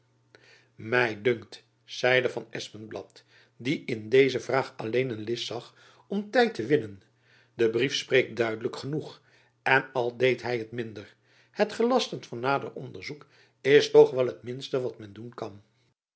my dunkt zeide van espenblad die in deze vraag alleen een list zag om tijd te winnen de brief spreekt duidelijk genoeg en al deed hy het minder het gelasten van nader onderzoek is toch wel het minste wat men doen kan